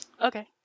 okay